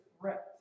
threat